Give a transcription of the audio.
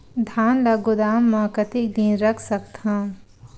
धान ल गोदाम म कतेक दिन रख सकथव?